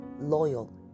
loyal